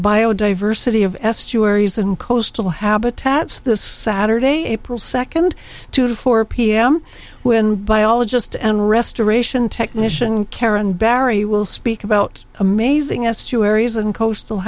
biodiversity of estuaries and coastal habitats this saturday april second two to four pm when biologist and restoration technician karen barry will speak about amazing as two areas and coastal